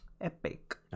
Epic